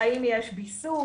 האם יש ביסוס.